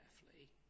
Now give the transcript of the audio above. carefully